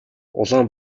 улаан